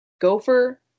gopher